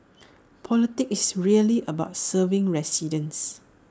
politics is really about serving residents